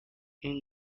این